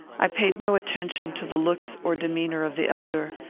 i paid no attention to the looks or demeanour of the elder,